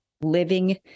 living